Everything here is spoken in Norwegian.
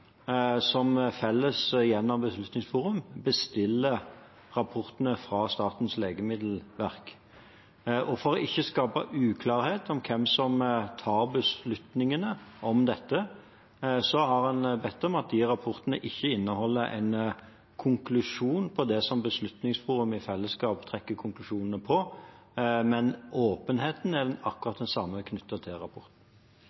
som felles – gjennom Beslutningsforum – bestiller rapportene fra Statens legemiddelverk. For ikke å skape uklarhet om hvem som tar beslutningene om dette, har en bedt om at de rapportene ikke skal inneholde en konklusjon om det som Beslutningsforum i fellesskap trekker konklusjonene om, men åpenheten knyttet til rapporten er akkurat den